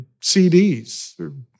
CDs